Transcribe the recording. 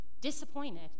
disappointed